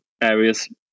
areas